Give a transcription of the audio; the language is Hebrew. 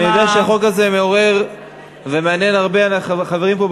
אני יודע שהחוק הזה מעורר ומעניין הרבה חברים פה,